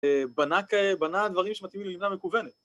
‫בנה דברים שמתאימים ללמידה מקוונת.